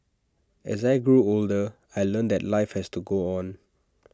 as I grew older I learnt that life has to go on